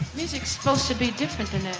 music supposed to be different than